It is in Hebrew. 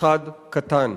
אחד קטן,